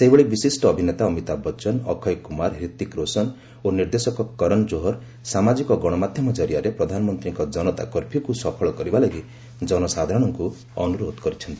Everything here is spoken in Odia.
ସେହିଭଳି ବିଶିଷ୍ଟ ଅଭିନେତା ଅମିତାଭ୍ ବଚ୍ଚନ୍ ଅକ୍ଷୟ କୁମାର ହ୍ରିତକ୍ ରୋଶନ୍ ଓ ନିର୍ଦ୍ଦେଶକ କରନ୍ କୋହର୍ ସାମାଜିକ ଗଣମାଧ୍ୟମ କରିଆରେ ପ୍ରଧାନମନ୍ତ୍ରୀଙ୍କ ଜନତା କର୍ଫ୍ୟୁକ୍ ସଫଳ କରିବା ଲାଗି ଜନସାଧାରଣଙ୍କୁ ଅନୁରୋଧ କରିଛନ୍ତି